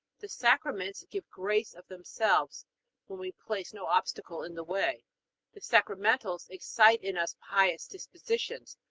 the sacraments give grace of themselves when we place no obstacle in the way the sacramentals excite in us pious dispositions,